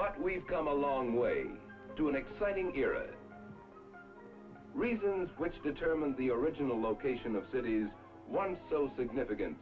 but we've come a long way to an exciting era reasons which determine the original location of cities one so significant